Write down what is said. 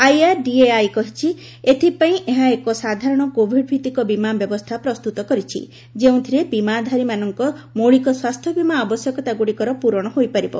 IRDAI କହିଛି ଏଥିପାଇଁ ଏହା ଏକ ସାଧାରଣ କୋଭିଡ୍ ଭିଭିକ ବୀମା ବ୍ୟବସ୍ଥା ପ୍ରସ୍ତୁତ କରିଛି ଯେଉଁଥିରେ ବୀମାଧାରୀମାନଙ୍କ ମୌଳିକ ସ୍ୱାସ୍ଥ୍ୟ ବୀମା ଆବଶ୍ୟକତାଗୁଡ଼ିକର ପୂରଣ ହୋଇପାରିବ